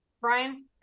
Brian